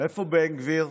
איפה בן גביר?